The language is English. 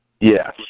Yes